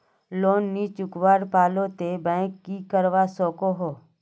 Loan नी चुकवा पालो ते बैंक की करवा सकोहो?